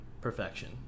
perfection